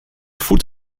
voet